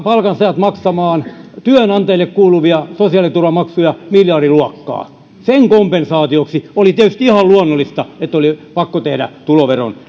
palkansaajat maksamaan työnantajille kuuluvia sosiaaliturvamaksuja miljardiluokkaa sen kompensaatioksi oli tietysti ihan luonnollista että oli pakko tehdä tuloveron